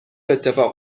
اتفاق